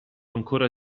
ancora